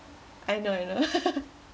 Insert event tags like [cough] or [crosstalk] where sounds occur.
I know I know [laughs]